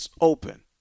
open